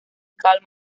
cal